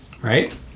Right